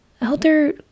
Elder